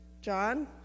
John